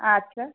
আচ্ছা